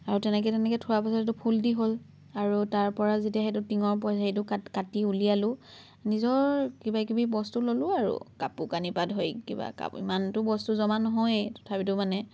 আৰু তেনেকৈ তেনেকৈ থোৱাৰ পিছত এইটো ফুল্টি হ'ল আৰু তাৰ পৰা যেতিয়া সেইটো টিঙৰ সেই সেইটো কাটি উলিয়ালোঁ নিজৰ কিবা কিবি বস্তু ল'লোঁ আৰু কাপোৰ কানিৰ পৰা ধৰি কিবা ইমানটো বস্তু জমা নহয়েই তথাপিতো মানে